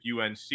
UNC